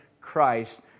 Christ